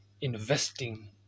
investing